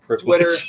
Twitter